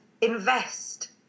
invest